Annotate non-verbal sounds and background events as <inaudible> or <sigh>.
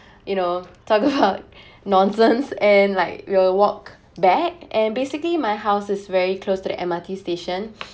<breath> you know talk cock <breath> nonsense and like we will walk back and basically my house is very close to the M_R_T station <breath>